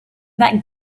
that